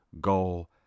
goal